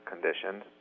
conditions